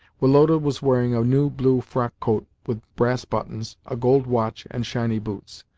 woloda was wearing a new blue frockcoat with brass buttons, a gold watch, and shiny boots.